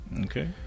Okay